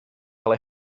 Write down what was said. cael